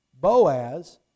Boaz